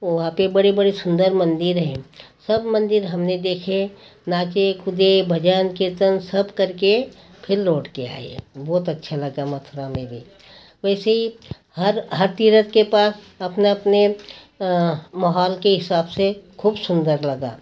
वहाँ पर बड़े बड़े सुंदर मंदिर हैं सब मंदिर हमने देखे नाचे कूदे भजन कीर्तन सब करके फिर लोट के आए बहुत अच्छा लगा मथुरा में भी वैसे ही हर हर तीर्थ के पास अपने अपने माहौल के हिसाब से खुब सुंदर लगा